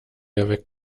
erweckt